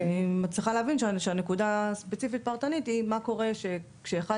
אני מצליחה להבין שהנקודה הספציפית פרטנית היא מה קורה כשאחד